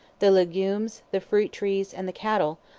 the legumes, the fruit-trees, and the cattle,